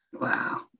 Wow